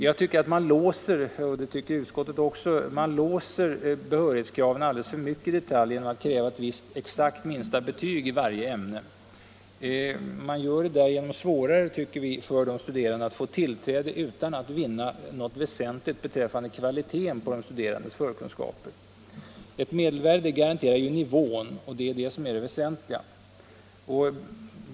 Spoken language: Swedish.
Jag tycker liksom utskottet att man låser behörighetskraven alldeles för mycket i detalj genom att kräva ett visst, exakt angivet lägsta betyg i varje ämne. Man gör det ju därigenom svårare för de studerande att få tillträde utan att vinna något väsentligt beträffande kvaliteten på deras förkunskaper. Ett medelvärde garanterar nivån, och det är det väsentliga.